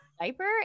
diaper